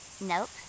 Nope